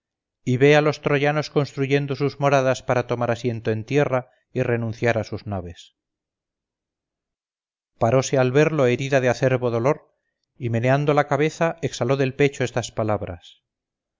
y ve a los troyanos construyendo sus moradas para tomar asiento en tierra y renunciar a sus naves parose al verlo herida de acerbo dolor y meneando la cabeza exhaló del pecho estas palabras